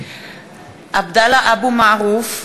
(קוראת בשמות חברי הכנסת) עבדאללה אבו מערוף,